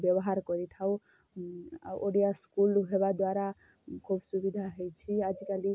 ବ୍ୟବହାର କରିଥାଉ ଆଉ ଓଡ଼ିଆ ସ୍କୁଲ୍ ହେବା ଦ୍ଵାରା ଖୁବ୍ ସୁବିଧା ହୋଇଛି ଆଜିକାଲି